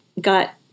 got